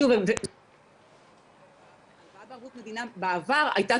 שוב --- הלוואה בערבות מדינה בעבר הייתה